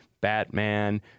Batman